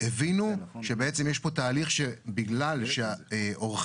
הבינו שבעצם יש פה תהליך שבגלל שעורכי